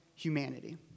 humanity